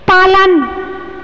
पालन